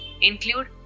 include